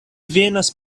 venas